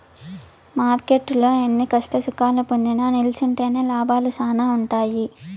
మార్కెట్టులో ఎన్ని కష్టసుఖాలు పొందినా నిల్సుంటేనే లాభాలు శానా ఉంటాయి